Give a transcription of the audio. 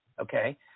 Okay